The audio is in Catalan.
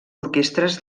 orquestres